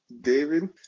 David